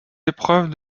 épreuves